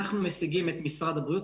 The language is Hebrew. אנחנו משיגים את משרד הבריאות.